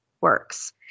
works